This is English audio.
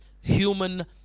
human